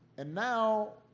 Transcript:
and now,